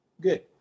Good